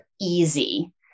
easy